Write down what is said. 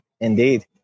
Indeed